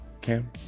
Cam